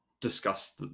discuss